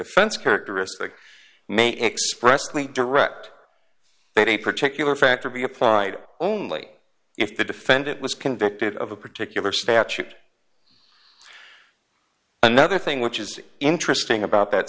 offense characteristic may express to me direct a particular factor be applied only if the defendant was convicted of a particular statute another thing which is interesting about that